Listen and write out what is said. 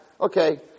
okay